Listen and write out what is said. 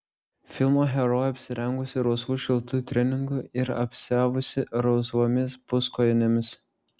filmo herojė apsirengusi rausvu šiltu treningu ir apsiavusi rausvomis puskojinėmis